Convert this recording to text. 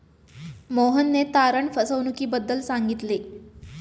मोहनने तारण फसवणुकीबद्दल सांगितले